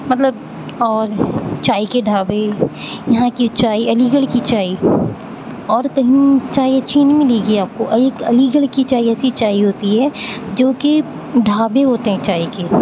مطلب اور چائے کے ڈھابے یہاں کی چائے علی گڑھ کی چائے اور کہیں چائے اچھی نہیں ملے گی آپ کو علی علی گڑھ کی چائے ایسی چائے ہوتی ہے جو کہ ڈھابے ہوتے ہیں چائے کے